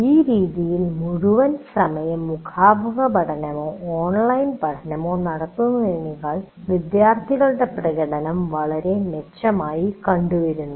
ഈ രീതിയിൽ മുഴുവൻ സമയം മുഖാമുഖപഠനമോ ഓൺലൈൻ പഠനമോ നടത്തുന്നതിനേക്കാൾ വിദ്യാർത്ഥികളുടെ പ്രകടനം വളരെ മെച്ചമായി കണ്ടുവരുന്നു